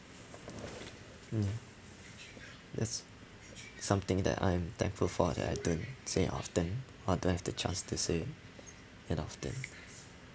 mm that's something that I'm thankful for that I don't say often or don't have the chance to say that often